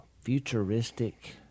futuristic